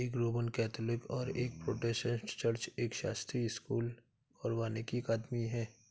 एक Roman Catholic और एक प्रोटेस्टेंट चर्च, एक शास्त्रीय स्कूल और वानिकी अकादमी है